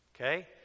Okay